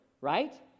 right